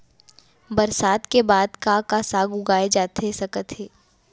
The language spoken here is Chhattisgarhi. बरसात के बाद का का साग उगाए जाथे सकत हे?